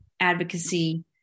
advocacy